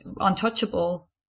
untouchable